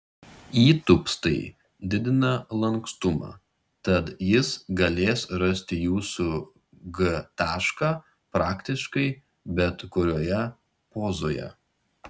įtūpstai didina lankstumą tad jis galės rasti jūsų g tašką praktiškai bet kurioje pozoje